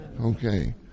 Okay